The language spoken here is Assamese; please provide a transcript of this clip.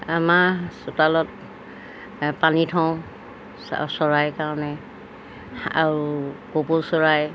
আমাৰ চোতালত পানী থওঁ চৰাই কাৰণে আৰু কপৌ চৰাই